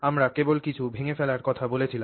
আমরা কেবল কিছু ভেঙে ফেলার কথা বলেছিলাম